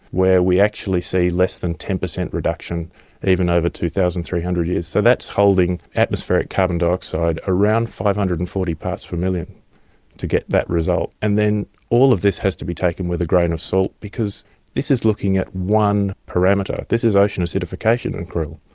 where we actually see less than ten percent reduction even over two thousand three hundred years. so that's holding atmospheric carbon dioxide around five hundred and forty parts per million to get that result. and then all of this has to be taken with a grain of salt because this is looking at one parameter, this is ocean acidification and krill,